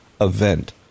event